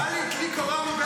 טלי, טלי קורה מבין עינייך.